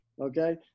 Okay